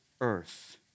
earth